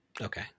okay